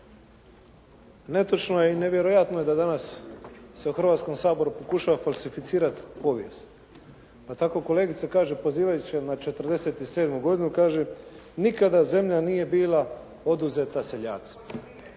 Netočno je i nevjerojatno je da danas se u Hrvatskom saboru pokušava falsificirati povijest. Pa tako kolegica kaže pozivajući se na '47. godinu, kaže nikad zemlja nije bila oduzeta seljacima.